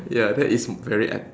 ya that is very ep~